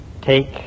Take